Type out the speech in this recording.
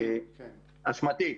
אשמתי.